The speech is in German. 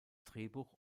drehbuch